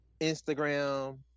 Instagram